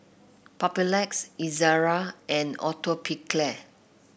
Papulex Ezerra and Atopiclair